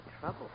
trouble